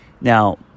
Now